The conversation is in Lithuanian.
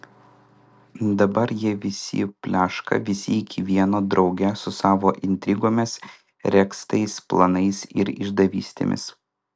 dabar jie visi pleška visi iki vieno drauge su savo intrigomis regztais planais ir išdavystėmis